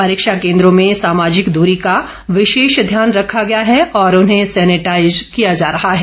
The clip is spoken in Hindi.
परीक्षा केंद्रो में सामाजिक दूरी का विशेष ध्यान रखा गया है और उन्हें सैनिटाईज किया जा रहा है